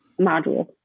module